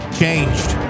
changed